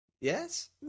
Yes